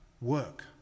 work